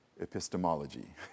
epistemology